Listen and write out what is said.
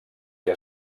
què